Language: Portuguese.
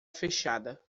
fechada